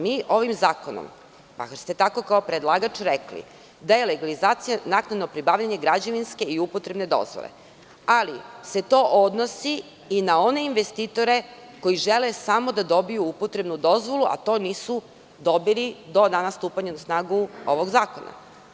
Mi ovim zakonom, makar ste tako kao predlagač rekli, da je legalizacija naknadno pribavljanje građevinske i upotrebne dozvole, ali se to odnosi i na one investitore koji žele samo da dobiju upotrebnu dozvolu, a to nisu dobili do dana stupanja na snagu ovog zakona.